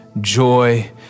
joy